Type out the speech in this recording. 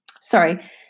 sorry